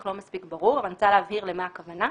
לא מספיק ברור ואני רוצה להבהיר למה הכוונה.